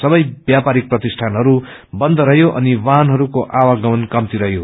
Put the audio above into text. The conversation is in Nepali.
सवै व्यापारिक प्रतिष्ठानहरू बन्द रहयो अनि वाहनहरूको आवागमन कम्ती रहयो